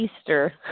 Easter